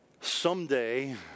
someday